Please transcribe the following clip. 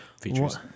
features